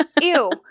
ew